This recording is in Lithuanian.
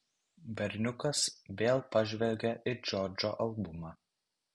berniukas vėl pažvelgė į džordžo albumą